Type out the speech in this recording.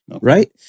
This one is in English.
Right